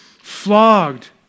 flogged